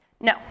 No